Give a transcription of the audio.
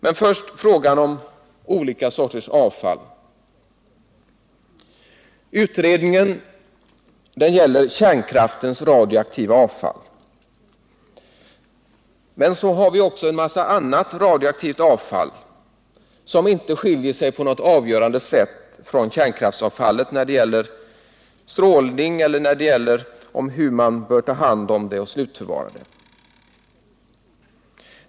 Men först frågan om olika sorters avfall: Utredningen gäller kärnkraftens radioaktiva avfall. Men det finns också en massa annat radioaktivt avfall som inte skiljer sig på något avgörande sätt från kärnkraftsavfallet när det gäller strålning eller hur det bör tas om hand och slutförvaras.